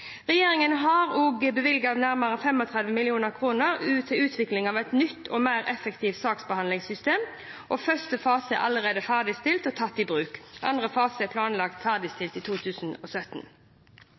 Regjeringen har også bevilget nærmere 35 mill. kr til utvikling av et nytt og mer effektivt saksbehandlingssystem. Første fase er allerede ferdigstilt og tatt i bruk. Andre fase er planlagt